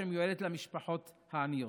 שמיועדת למשפחות העניות.